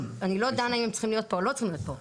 ואני לא דנה אם הם צריכים להיות פה או לא צריכים להיות פה,